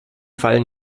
fallen